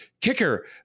Kicker